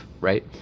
right